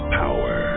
power